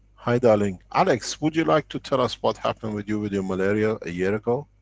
hi, darling. alekz would you like to tell us what happened with you with your malaria, a year ago?